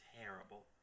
terrible